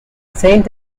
saint